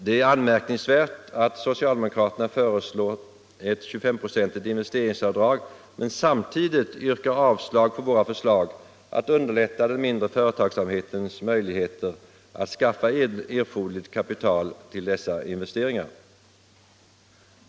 Det är anmärkningsvärt att socialdemokraterna föreslår ett 25-procentigt investeringsavdrag men samtidigt yrkar avslag på våra förslag att underlätta den mindre företagsamhetens möjligheter att skaffa erforderligt kapital till dessa investeringar.